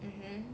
mmhmm